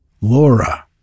Laura